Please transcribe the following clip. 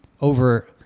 over